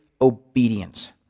obedience